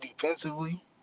defensively